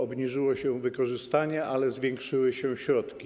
Obniżyło się wykorzystanie, ale zwiększyły się środki.